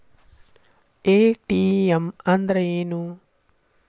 ATM ಅಂದ್ರ ಏನು?